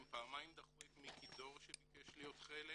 הם פעמיים דחו את מיקי דור שביקש להיות חלק